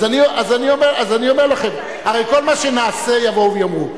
אז אני אומר לכם, אתה צריך